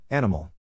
Animal